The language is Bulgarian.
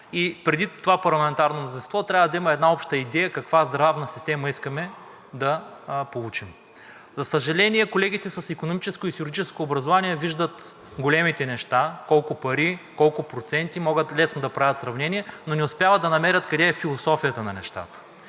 и преди това парламентарно мнозинство трябва да има една обща идея каква здравна система искаме да получим. За съжаление, колегите с икономическо и с юридическо образование виждат големите неща – колко пари, колко проценти, могат лесно да правят сравнение, но не успяват да намерят къде е философията на нещата.